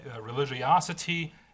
religiosity